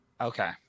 Okay